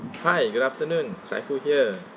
hi good afternoon saiful here